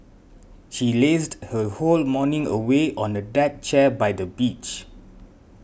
she lazed her whole morning away on a deck chair by the beach